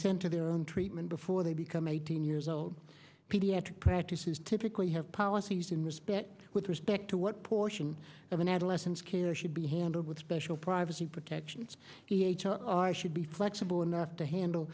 sent to their own treatment before they become eighteen years old pediatric practices typically have policies in respect with respect to what portion of an adolescent care should be handled with special privacy protections e h r are should be flexible enough to handle